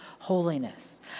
holiness